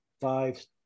five